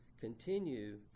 continue